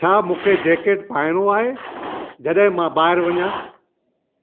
छा मूंखे जैकेट पाइणो आहे जॾहिं मां ॿाहिरि वञा